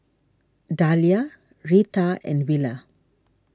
Dahlia Reatha and Willa